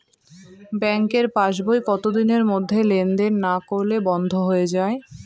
ব্যাঙ্কের পাস বই কত দিনের মধ্যে লেন দেন না করলে বন্ধ হয়ে য়ায়?